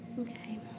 Okay